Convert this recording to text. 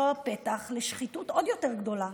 זה הפתח לשחיתות עוד יותר גדולה.